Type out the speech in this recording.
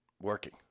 working